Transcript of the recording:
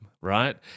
right